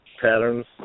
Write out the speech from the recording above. patterns